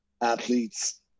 athletes